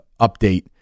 update